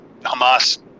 Hamas